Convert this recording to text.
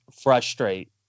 frustrate